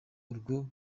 urwo